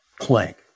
plank